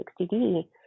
60D